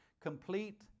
complete